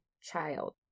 child